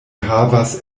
havas